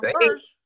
first